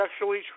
sexually